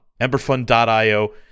Emberfund.io